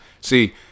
see